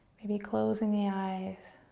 maybe closing the eyes,